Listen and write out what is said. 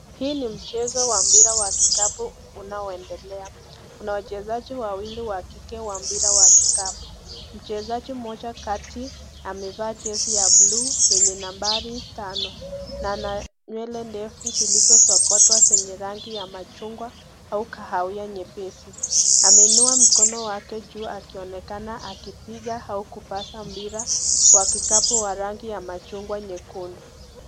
Huu ni mchezo wa mpira wa kikapu unaoendelea. Kuna wachezaji wawili wa kike wa mpira wa kikapu. Mchezaji mmoja kati amevaa jezi ya bluu yenye nambari tano na ana nywele ndefu zilizosokotwa zenye rangi ya machungwa au kahawia nyepesi. Ameinua mikono yake juu akionekana akipiga au kupasa mpira wa kikapu wa rangi ya machungwa nyekundu.